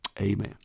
amen